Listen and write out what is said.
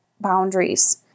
boundaries